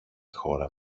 χώρα